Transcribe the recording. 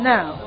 Now